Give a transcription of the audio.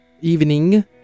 Evening